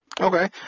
Okay